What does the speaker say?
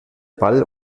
ball